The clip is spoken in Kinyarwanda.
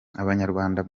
abanyarwanda